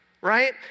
Right